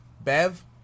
Bev